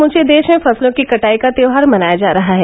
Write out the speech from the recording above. समूचे देश में फसलों की कटाई का त्यौहार मनाया जा रहा है